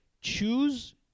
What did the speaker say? Choose